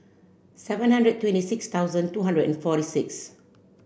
seven hundred twenty six thousand two hundred and forty six